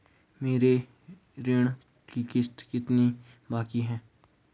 मेरे ऋण की कितनी किश्तें बाकी हैं?